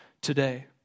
today